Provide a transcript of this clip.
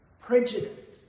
prejudiced